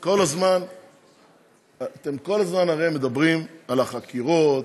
כל הזמן, אתם כל הזמן הרי מדברים על החקירות,